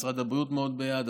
משרד הבריאות מאוד בעד,